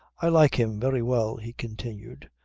i like him, very well, he continued,